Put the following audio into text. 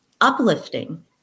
uplifting